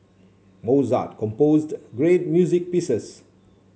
Mozart composed great music pieces